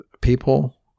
people